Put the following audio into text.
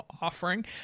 offering